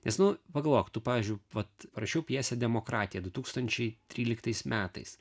nes nu pagalvok tu pavyzdžiui vat parašiau pjesę demokratija du tūkstančiai tryliktais metais